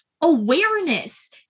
awareness